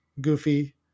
Goofy